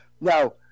Now